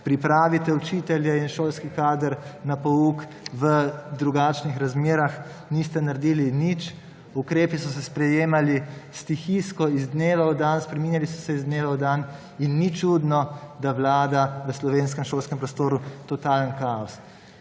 pripravite učitelje in šolski kader na pouk v drugačnih razmerah, niste naredili nič. Ukrepi so se sprejemali stihijsko iz dneva v dan, spreminjali so se iz dneva v dan in ni čudno, da vlada v slovenskem šolskem prostoru totalni kaos.